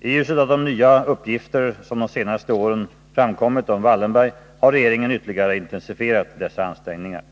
I ljuset av de nya uppgifter som de senaste åren framkommit om Wallenberg har regeringen ytterligare intensifierat dessa ansträngningar.